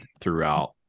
throughout